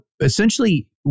essentially